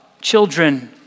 children